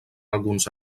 alguns